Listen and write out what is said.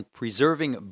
preserving